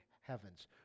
heaven's